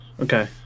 okay